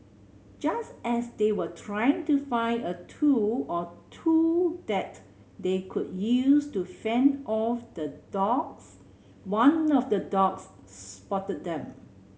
just as they were trying to find a tool or two that they could use to fend off the dogs one of the dogs spotted them